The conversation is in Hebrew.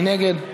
מי נגד?